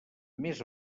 més